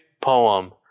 poem